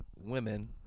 women